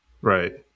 Right